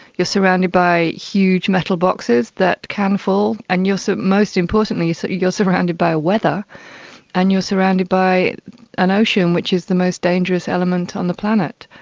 you're surrounded by huge metal boxes that can fall, and so most importantly so you're surrounded by weather and you're surrounded by an ocean which is the most dangerous element on the planet.